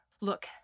Look